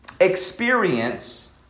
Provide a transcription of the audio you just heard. experience